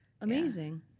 Amazing